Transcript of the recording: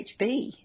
HB